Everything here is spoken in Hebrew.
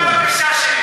זאת הבקשה שלי.